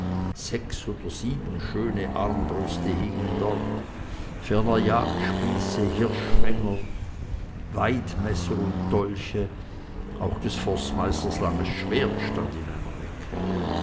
sechs oder sieben schöne armbrüste hingen dort ferner jagdspieße hirschfänger weidmesser und dolche auch des forstmeisters langes schwert stand in einer ecke